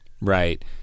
right